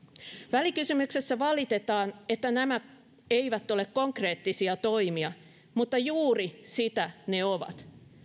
välikysymyksessä valitetaan että nämä eivät ole konkreettisia toimia mutta juuri sitä ne ovat